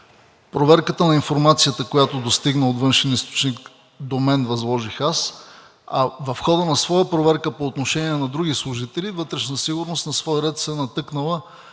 Проверката на информацията, която достигна от външен източник до мен, възложих аз, а в хода на своя проверка по отношение на други служители „Вътрешна сигурност“ на свой ред се е натъкнала